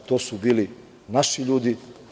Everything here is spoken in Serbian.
To su bili vaši ljudi.